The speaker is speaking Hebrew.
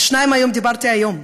על שניים מהם דיברתי היום,